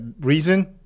reason